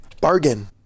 Bargain